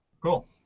Cool